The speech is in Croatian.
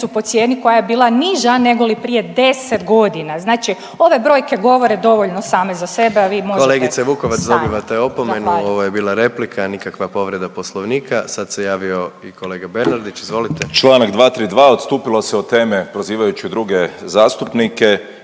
po cijeni koja je bila niža nego li prije 10 godina. Znači ove brojke govore dovoljno same za sebe,